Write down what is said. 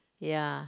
ya